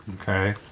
Okay